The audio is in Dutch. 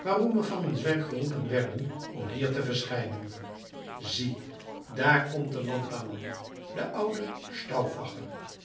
waarom we van ons werk geroepen werden om hier te verschijnen zie daar komt de landamman de oude